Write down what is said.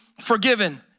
forgiven